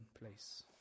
place